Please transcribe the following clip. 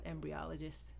embryologist